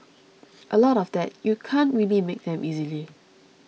a lot of that you can't really make them easily